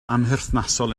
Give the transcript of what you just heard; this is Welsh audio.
amherthnasol